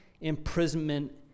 imprisonment